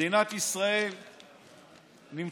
מדינת ישראל נמצאת